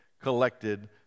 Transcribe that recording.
collected